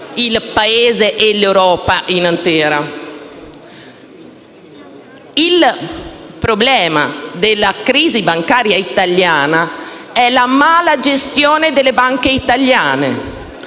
Il problema della crisi bancaria italiana è la mala gestione delle banche italiane.